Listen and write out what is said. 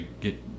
get